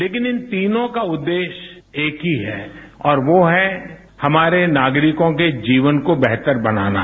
लेकिन इन तीनों का उद्देश्य एक ही है और वो है हमारे नागरिकों के जीवन को बेहतर बनाना